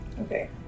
Okay